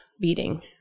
beating